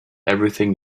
everything